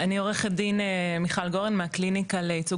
אני עו"ד מיכל גורן מהקליניקה לייצוג